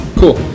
cool